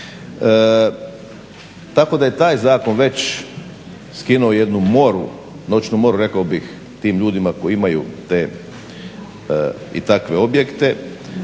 Tako da je taj zakon već skinuo jednu moru, noćnu moru rekao bih tim ljudima koji imaju te i takve objekte,